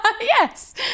Yes